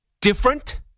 different